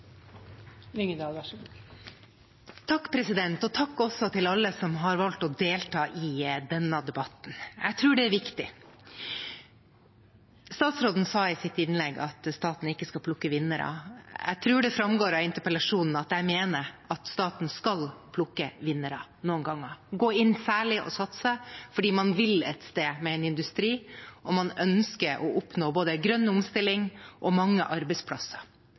til alle som har valgt å delta i denne debatten. Jeg tror det er viktig. Statsråden sa i sitt innlegg at staten ikke skal plukke vinnere. Jeg tror det framgår av interpellasjonen at jeg mener at staten skal plukke vinnere noen ganger, gå inn særlig og satse fordi man vil et sted med en industri, og man ønsker å oppnå både grønn omstilling og mange arbeidsplasser.